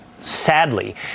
sadly